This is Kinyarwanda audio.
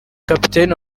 kapiteni